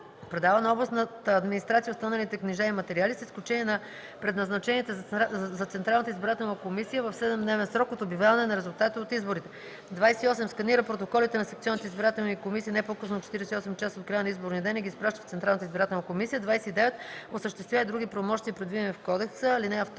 предава на областната администрация останалите книжа и материали, с изключение на предназначените за Централната избирателна комисия, в 7-дневен срок от обявяване на резултатите от изборите; 28. сканира протоколите на секционните избирателни комисии не по-късно от 48 часа от края на изборния ден и ги изпраща в Централната избирателна комисия; 29. осъществява и други правомощия, предвидени в кодекса.